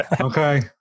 Okay